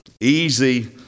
easy